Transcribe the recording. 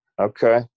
Okay